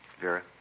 Vera